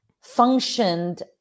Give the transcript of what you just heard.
functioned